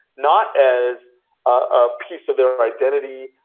not as a piece of their identity,